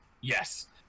Yes